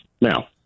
Now